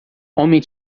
homem